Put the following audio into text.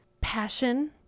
passion